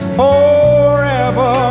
forever